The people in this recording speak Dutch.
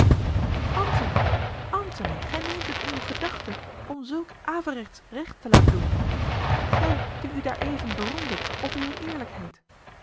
antony antony gij neemt het in uwe gedachten om zulk averechts recht te laten doen gij die u daareven beroemdet op uwe eerlijkheid